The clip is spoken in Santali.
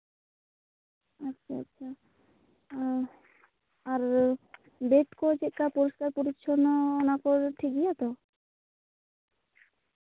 ᱟᱪᱪᱷᱟ ᱟᱪᱪᱷᱟ ᱟᱨ ᱵᱮᱰ ᱠᱚ ᱪᱮᱫ ᱞᱮᱠᱟ ᱯᱚᱨᱤᱥᱠᱟᱨ ᱯᱚᱨᱤᱪᱪᱷᱚᱱᱱᱚ ᱚᱱᱟ ᱠᱚ ᱴᱷᱤᱠ ᱜᱮᱭᱟ ᱛᱚ